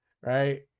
Right